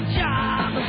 job